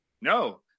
No